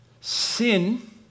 Sin